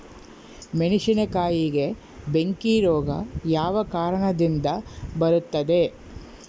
ಮೆಣಸಿನಕಾಯಿಗೆ ಬೆಂಕಿ ರೋಗ ಯಾವ ಕಾರಣದಿಂದ ಬರುತ್ತದೆ?